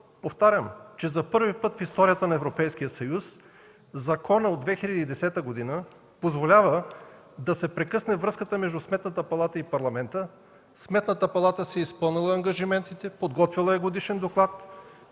повтарям, че за първи път в историята на Европейския съюз законът от 2010 г. позволява да се прекъсне връзката между Сметната палата и Парламента. Сметната палата си е изпълнила ангажиментите, подготвила е годишен доклад,